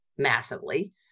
Massively